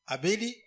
Abeli